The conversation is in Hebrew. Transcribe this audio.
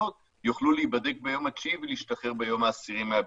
יוכלו להיבדק ביום התשיעי ולהשתחרר ביום העשירי מהבידוד.